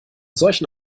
solchen